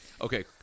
Okay